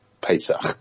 Pesach